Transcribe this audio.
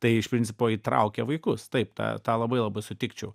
tai iš principo įtraukia vaikus taip tą labai labai sutikčiau